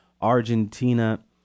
Argentina